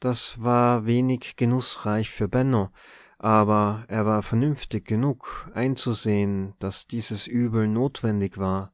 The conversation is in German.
das war wenig genußreich für benno aber er war vernünftig genug einzusehen daß dieses übel notwendig war